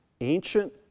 ancient